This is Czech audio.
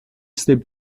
slib